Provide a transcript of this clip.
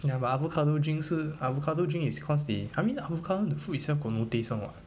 ya but avocado drink 是 avocado drink is cause they I mean the avocado the food itself got no taste [one] [what]